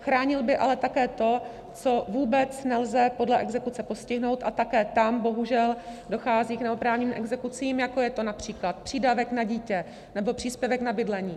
Chránil by ale také to, co vůbec nelze podle exekuce postihnout, a také tam bohužel dochází k neoprávněným exekucím, jako je to například přídavek na dítě nebo příspěvek na bydlení.